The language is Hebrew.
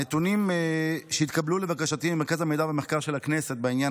הנתונים שהתקבלו לבקשתי ממרכז המחקר והמידע של הכנסת בעניין